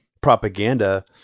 propaganda